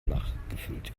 nachgefüllt